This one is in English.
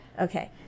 Okay